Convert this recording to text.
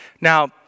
Now